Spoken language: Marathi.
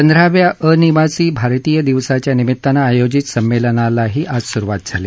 पंधराव्या अनिवासी भारतीय दिवसाच्या निमितानं आयोजित संमेलनालाही आज सुरुवात झाली